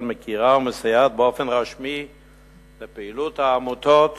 מכירה ומסייעת באופן רשמי לפעילות העמותות,